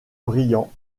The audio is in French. brillant